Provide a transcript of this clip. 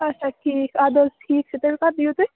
اَچھا ٹھیٖک اَدٕ حظ ٹھیٖک چھُ تیٚلہِ کَر دِیِو تُہۍ